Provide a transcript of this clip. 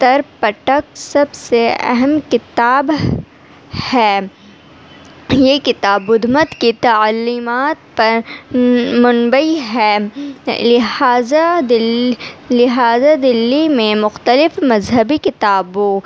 ترپٹک سب سے اہم کتاب ہے یہ کتاب بدھ مت کی تعلیمات پر مبنی ہے لہٰذا دل لہٰذا دلّی میں مختلف مذہبی کتابوں